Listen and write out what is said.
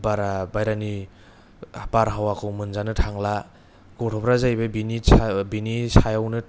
बारा बाहेरानि बारहावाखौ मोनजानो थांला गथ'फ्रा जाहैबाय बेनि सायावनो